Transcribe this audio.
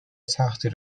سختی